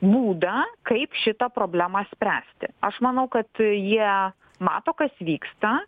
būdą kaip šitą problemą spręsti aš manau kad jie mato kas vyksta